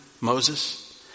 Moses